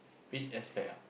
which aspect ah